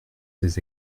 ces